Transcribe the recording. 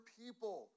people